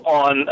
on